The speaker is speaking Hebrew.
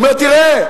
הוא אומר: תראה,